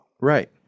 Right